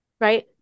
Right